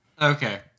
Okay